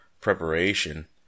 preparation